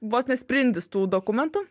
vos ne sprindis tų dokumentų